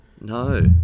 No